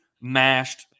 mashed